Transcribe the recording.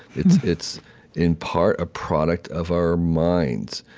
it's it's in part a product of our minds.